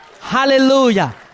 Hallelujah